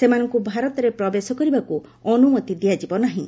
ସେମାନଙ୍କୁ ଭାରତରେ ପ୍ରବେଶ କରିବାକୁ ଅନୁମତି ଦିଆଯିବ ନାହିଁ